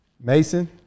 Mason